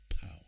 power